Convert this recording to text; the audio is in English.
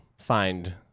find